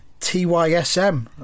TYSM